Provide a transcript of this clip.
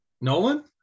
Nolan